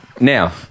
Now